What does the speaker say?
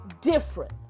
different